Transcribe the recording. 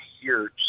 years